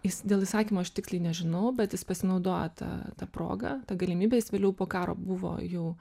jis dėl įsakymo aš tiksliai nežinau bet jis pasinaudojo ta ta proga ta galimybe jis vėliau po karo buvo jau